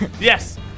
Yes